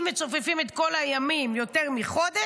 אם מצופפים את כל הימים, יותר מחודש,